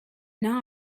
now